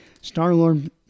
Star-Lord